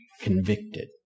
convicted